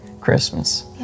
Christmas